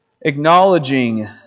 acknowledging